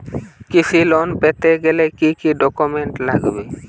কৃষি লোন পেতে গেলে কি কি ডকুমেন্ট লাগবে?